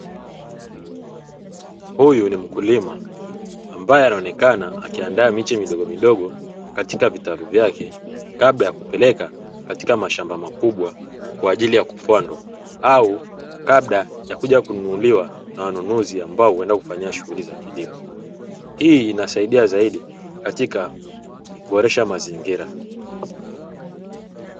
Huyu ni mkulima ambaye anaonekana akiandaa miche midogomidogo katika vitalu vyake kabla ya kupeleka katika mashamba makubwa kwa ajili ya kupandwa au kabla ya kuja kununuliwa na wanunuzi ambao huenda kufanyia shughuli za kilimo. Hii inaaidia zaidi katika kuboresha mazingira.